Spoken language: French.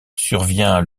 survient